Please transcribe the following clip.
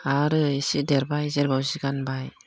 आरो एसे देरबाय जेरबायाव जि गानबाय